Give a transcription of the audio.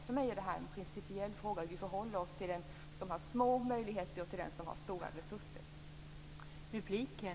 För mig är det en principiell fråga hur vi förhåller oss till dem som har små möjligheter och dem som har stora resurser.